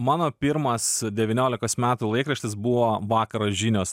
mano pirmas devyniolikos metų laikraštis buvo vakaro žinios